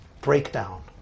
breakdown